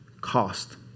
cost